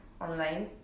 online